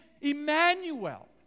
Emmanuel